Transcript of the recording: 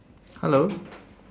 hello